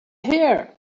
here